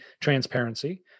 transparency